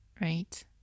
Right